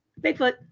Bigfoot